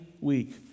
week